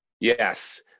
Yes